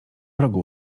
wrogo